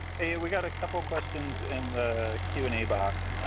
hey we got a couple questions in the q and a box.